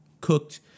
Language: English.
cooked